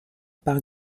par